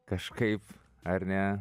kažkaip ar ne